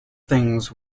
things